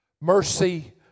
Mercy